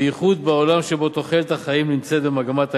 בייחוד בעולם שבו תוחלת החיים נמצאת במגמת עלייה.